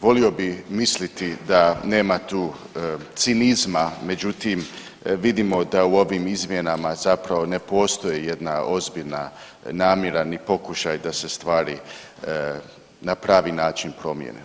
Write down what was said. Volio bi misliti da nema tu cinizma, međutim vidimo da u ovim izmjenama zapravo ne postoji jedna ozbiljna namjera ni pokušaj da se stvari na pravi način promjene.